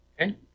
Okay